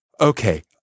okay